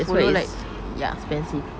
that's why it's expensive